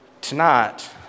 Tonight